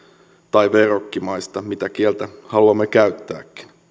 tai verrokkimaista mitä kieltä haluammekaan käyttää